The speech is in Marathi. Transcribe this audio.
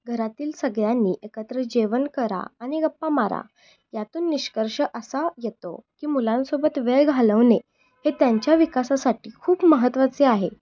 घरातील सगळ्यांनी एकत्र जेवण करा आणि गप्पा मारा यातून निष्कर्ष असा येतो की मुलांसोबत वेळ घालवणे हे त्यांच्या विकासासाठी खूप महत्त्वाचे आहे